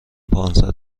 پانصد